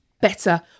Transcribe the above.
better